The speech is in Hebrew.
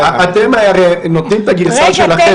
אתם הרי נותנים את הגרסה שלכם --- רגע,